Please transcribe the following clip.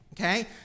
Okay